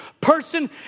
person